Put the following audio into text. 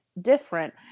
different